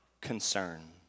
concern